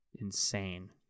insane